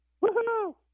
Woo-hoo